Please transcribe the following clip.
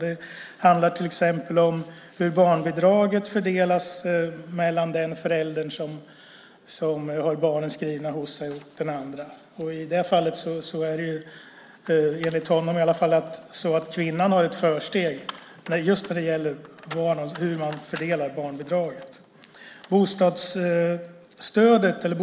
Det handlar till exempel om hur barnbidraget fördelas mellan den förälder som har barnet skrivet hos sig och den andra. Enligt honom har kvinnan ett försteg just när det gäller hur barnbidraget fördelas.